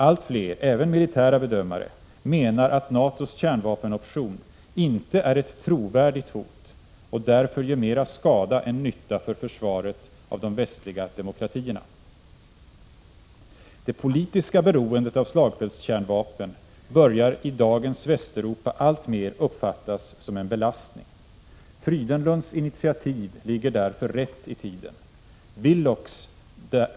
Allt fler — även militära bedömare — menar att NATO:s kärnvapenoption inte är ett trovärdigt hot, och därför gör mer skada än nytta för försvaret av de västliga demokratierna. Det politiska beroendet av slagfältskärnvapen börjar i dagens Västeuropa alltmer uppfattas som en belastning. Frydenlunds initiativ ligger därför rätt i tiden.